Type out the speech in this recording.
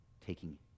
taking